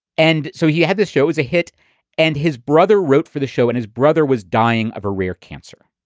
and so he had this show was a hit and his brother wrote for the show and his brother was dying of a rare cancer.